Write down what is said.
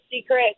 secret